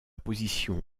position